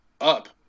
up